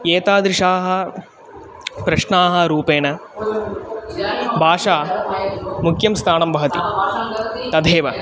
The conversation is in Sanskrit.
एतादृशाः प्रश्नाः रूपेण भाषा मुख्यं स्थानं वहति तथैव